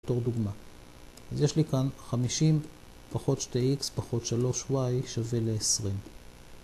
בתור דוגמא. אז יש לי כאן 50-2x-3y שווה ל-20.